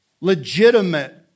legitimate